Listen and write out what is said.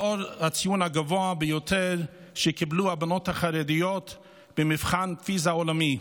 לאור הציון הגבוה ביותר שקיבלו הבנות החרדיות במבחן פיזה העולמי,